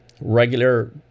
regular